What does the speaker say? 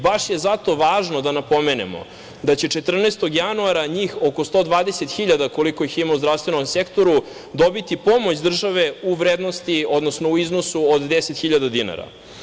Baš je zato važno da napomenemo da će 14. januara njih od 129.000, koliko ih ima u zdravstvenom sektoru, dobiti pomoć države u iznosu od 10.000 dinara.